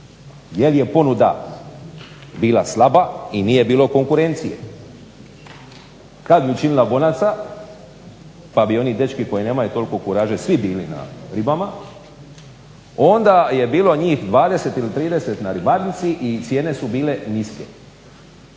jel je ponuda bila slaba i nije bilo konkurencije. Kada bi učinila bonaca pa bi oni dečki koji nemaju toliko kuraže svi bili na ribama, onda je bilo njih 20 ili 30 na ribarnici i cijene su bile niske.